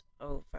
over